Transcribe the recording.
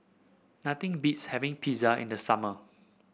nothing beats having Pizza in the summer